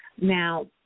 Now